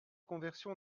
conversion